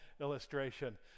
illustration